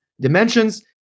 dimensions